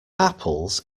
apples